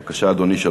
בבקשה, אדוני.